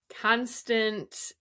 constant